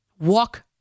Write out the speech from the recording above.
Walk